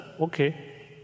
okay